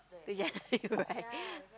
to